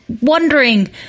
wondering